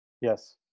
Yes